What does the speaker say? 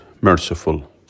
merciful